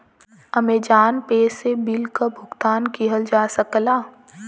Amazon Pay से bill क भुगतान किहल जा सकला